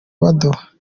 baduha